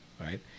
right